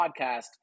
podcast